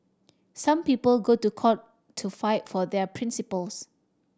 some people go to court to fight for their principles